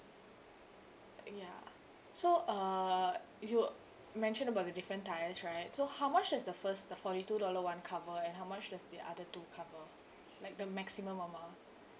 ya so uh you mentioned about the different tiers right so how much is the first the forty two dollar one cover and how much does the other two cover like the maximum amount